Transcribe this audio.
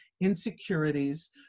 insecurities